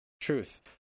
Truth